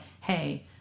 hey